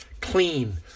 clean